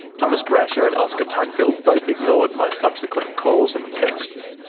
thomas brasher and oscar tuckfield both ignored my subsequent calls and texts.